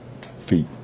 feet